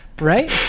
right